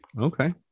okay